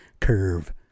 curve